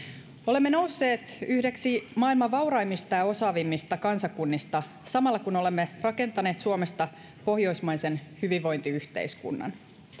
olemme nousseet yhdeksi maailman vauraimmista ja osaavimmista kansakunnista samalla kun olemme rakentaneet suomesta pohjoismaisen hyvinvointiyhteiskunnan